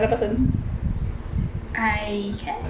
I can I guess